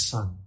Son